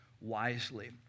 wisely